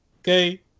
Okay